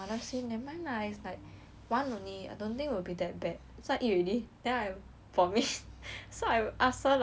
one only I don't think will be that bad so I eat already then I vomit so I ask her like where's the toilet